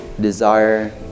desire